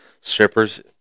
strippers